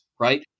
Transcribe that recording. right